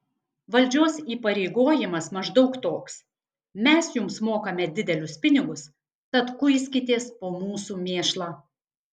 valdžios įpareigojimas maždaug toks mes jums mokame didelius pinigus tad kuiskitės po mūsų mėšlą